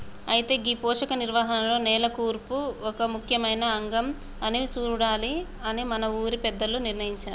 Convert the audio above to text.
అయితే గీ పోషక నిర్వహణలో నేల కూర్పు ఒక ముఖ్యమైన అంగం అని సూడాలి అని మన ఊరి పెద్దలు నిర్ణయించారు